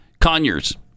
Conyers